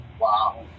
Wow